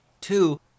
Two